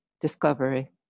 discovery